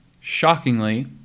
Shockingly